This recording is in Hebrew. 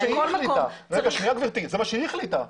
זה מה שהיא החליטה.